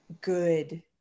good